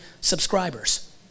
subscribers